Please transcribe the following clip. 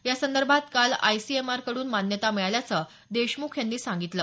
यासंदर्भात काल आयसीएमआरकडून मान्यता मिळाल्याचं देशमुख यांनी सांगितलं